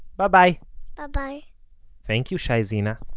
bye bye bye bye thank you, shai zena.